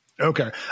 Okay